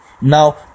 Now